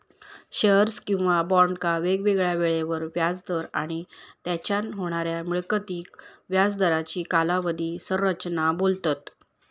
shares किंवा बॉन्डका वेगवेगळ्या येळेवर व्याज दर आणि तेच्यान होणाऱ्या मिळकतीक व्याज दरांची कालावधी संरचना बोलतत